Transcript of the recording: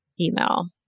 email